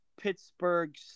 Pittsburgh